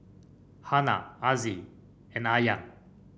Hana Aziz and Aryan